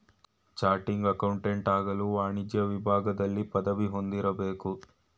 ಚಾಟಿಂಗ್ accountant ಆಗಲು ವಾಣಿಜ್ಯ ವಿಭಾಗದಲ್ಲಿ ಪದವಿ ಹೊಂದಿರಬೇಕು